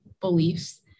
beliefs